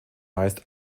meist